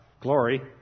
glory